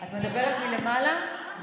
את מדברת מלמעלה?